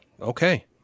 Okay